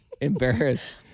embarrassed